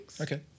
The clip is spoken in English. Okay